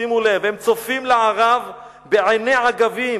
שימו לב, "הם צופים לערב בעיני עגבים".